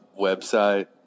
website